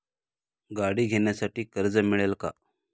गाडी घेण्यासाठी कर्ज मिळेल का?